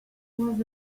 was